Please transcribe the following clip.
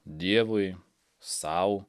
dievui sau